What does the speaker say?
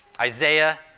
Isaiah